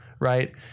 right